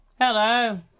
Hello